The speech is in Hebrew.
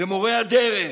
ומורי הדרך,